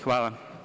Hvala.